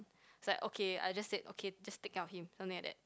it's like okay I just said okay just take care of him something like that